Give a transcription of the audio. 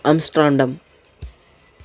Amsterdam